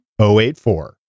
084